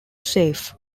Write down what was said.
safe